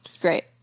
Great